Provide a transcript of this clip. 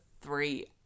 three